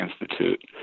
Institute